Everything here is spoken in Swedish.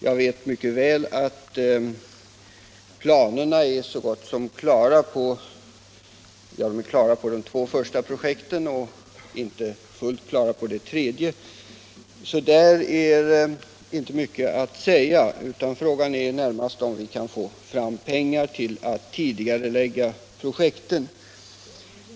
Jag vet mycket väl att planerna är så gott som klara när det gäller de två första projekten och inte fullt klara beträffande det tredje. Härom är inte mycket att säga, utan frågan gäller närmast, om vi kan få fram pengar till ett tidigareläggande av projekten.